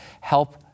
Help